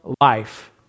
life